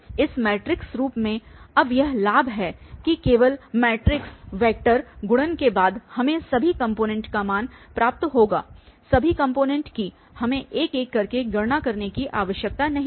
इस मैट्रिक्स रूप में अब यह लाभ है कि केवल मैट्रिक्स वेक्टर गुणन के बाद हमें सभी कॉम्पोनेंटस का मान प्राप्त होगा सभी कॉम्पोनेंटस की हमें एक एक करके गणना करने की आवश्यकता नहीं है